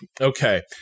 okay